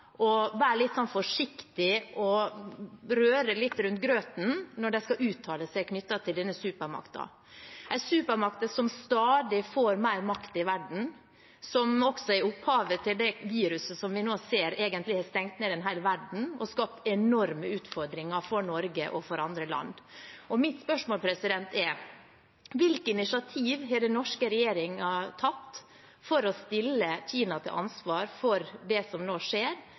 være litt forsiktig og gå litt rundt grøten når de skal uttale seg om denne supermakten – en supermakt som stadig får mer makt i verden, og som også er opphavet til det viruset som vi nå ser har stengt ned en hel verden og skapt enorme utfordringer for Norge og for andre land. Mitt spørsmål er: Hvilke initiativ har den norske regjeringen tatt for å stille Kina til ansvar for det som nå skjer,